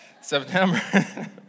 September